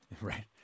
Right